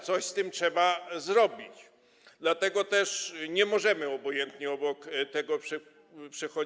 Coś z tym trzeba zrobić, dlatego też nie możemy obojętnie obok tego przechodzić.